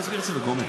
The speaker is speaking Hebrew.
יאללה,